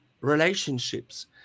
relationships